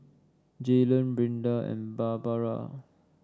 Jaylon Brinda and Barbara